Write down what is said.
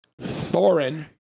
Thorin